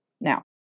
Now